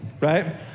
right